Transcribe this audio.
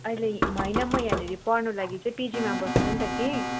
अहिले होइन म यहाँनेरि पढ्नु लागि चाहिँ पिजीमा बस्छु नि त कि